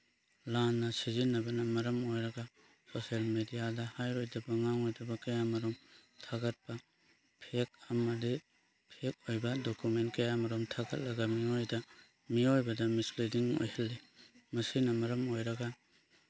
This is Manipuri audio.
ꯂꯥꯟꯅ ꯁꯤꯖꯤꯟꯅꯕꯅ ꯃꯔꯝ ꯑꯣꯏꯔꯒ ꯁꯣꯁꯦꯜ ꯃꯦꯗꯤꯌꯥꯗ ꯍꯥꯏꯔꯣꯏꯗꯕ ꯉꯥꯡꯉꯣꯏꯗꯕ ꯀꯌꯥꯃꯔꯨꯝ ꯊꯥꯒꯠꯄ ꯐꯦꯛ ꯑꯃꯗꯤ ꯐꯦꯛ ꯑꯣꯏꯕ ꯗꯣꯀꯨꯃꯦꯟ ꯀꯌꯥ ꯃꯔꯨ ꯊꯥꯒꯠꯂꯒ ꯃꯤꯑꯣꯏꯕꯗ ꯃꯤꯁꯂꯤꯗꯤꯡ ꯑꯣꯏꯍꯜꯂꯤ ꯃꯁꯤꯅ ꯃꯔꯝ ꯑꯣꯏꯔꯒ